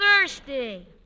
thirsty